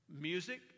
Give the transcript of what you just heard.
Music